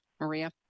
Maria